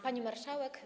Pani Marszałek!